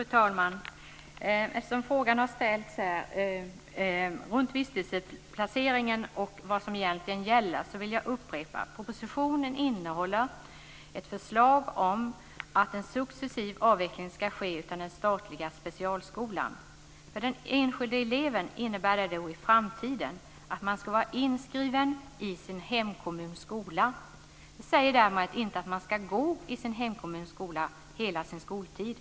Fru talman! Eftersom frågan har ställts här kring visstidsplaceringen och vad som egentligen gäller vill jag upprepa: Propositionen innehåller ett förslag om att en successiv avveckling ska ske av den statliga specialskolan. För den enskilde eleven innebär det i framtiden att man ska vara inskriven i sin hemkommuns skola. Det sägs därmed inte att man ska gå i sin hemkommuns skola hela sin skoltid.